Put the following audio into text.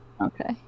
Okay